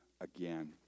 again